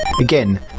Again